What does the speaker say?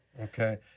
Okay